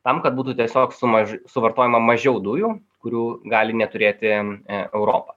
tam kad būtų tiesiog suma suvartojama mažiau dujų kurių gali neturėti e europa